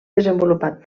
desenvolupat